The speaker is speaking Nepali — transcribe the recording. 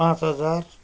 पाँच हजार